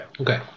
Okay